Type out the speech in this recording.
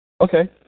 Okay